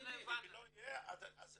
אם לא יהיה --- אנחנו הבנו את זה.